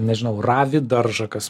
nežinau ravi daržą kas